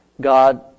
God